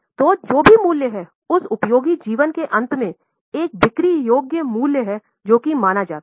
तो जो भी मूल्य है उस उपयोगी जीवन के अंत में एक बिक्री योग्य मूल्य है जोकि माना जाता है